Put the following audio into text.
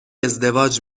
ازدواج